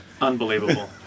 Unbelievable